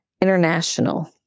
International